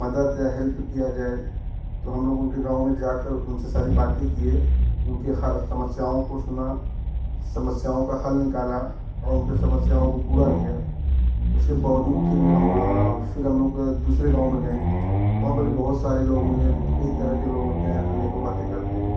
मदद या हैल्प किया जाय तो हम लोग उनके गाँव में जाकर उनसे सारी बातें किए उनके हर समस्याओं को सुना समस्याओं का हल निकाला और उनके समस्याओं को पूरा किया उसके बावजूद फिर भी हम फिर हम लोग दूसरे गाँव में गए वहाँ पर भी बहुत सारे लोग मिले कई तरह के लोग होते हैं अनेकों बातें करते हैं